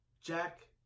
Jack